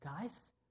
guys